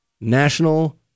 National